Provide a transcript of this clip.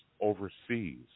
overseas